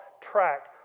track